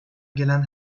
gelen